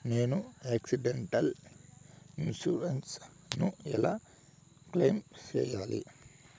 నేను accidental insurance ను ఎలా క్లెయిమ్ సేయాలి?